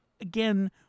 again